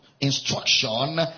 Instruction